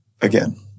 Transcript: Again